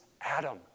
Adam